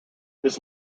his